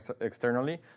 externally